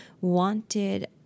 wanted